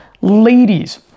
ladies